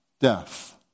death